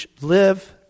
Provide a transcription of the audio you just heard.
live